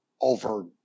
over